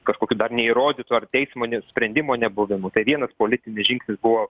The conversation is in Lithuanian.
kažkokiu dar neįrodytu ar teismo sprendimo nebuvimu tai vienas politinis žingsnis buvo